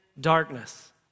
darkness